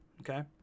okay